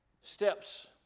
steps